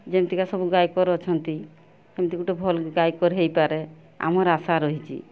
ଯେମିତିକା ସବୁ ଗାୟକ ଅଛନ୍ତି ସେମିତି ଗୋଟିଏ ଭଲ ଗାୟକ ହେଇପାରେ ଆମର ଆଶା ରହିଛି